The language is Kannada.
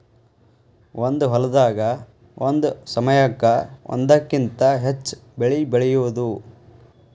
ಒಂದ ಹೊಲದಾಗ ಒಂದ ಸಮಯಕ್ಕ ಒಂದಕ್ಕಿಂತ ಹೆಚ್ಚ ಬೆಳಿ ಬೆಳಿಯುದು